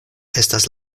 estas